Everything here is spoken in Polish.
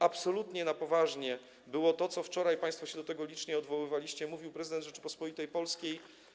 Absolutnie na poważnie było to, co wczoraj - państwo się do tego licznie odwoływaliście - mówił prezydent Rzeczypospolitej Polskiej.